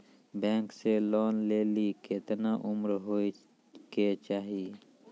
Bank से loan लेली केतना उम्र होय केचाही?